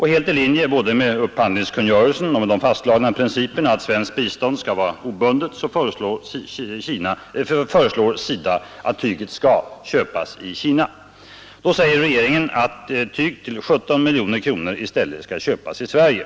Helt i linje både med upphandlingskungörelsen och med den fastslagna principen att svenskt bistånd skall vara obundet föreslår SIDA att tyget skall köpas i Kina. Då säger regeringen, att tyg för 17 miljoner i stället skall köpas i Sverige.